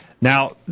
Now